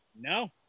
no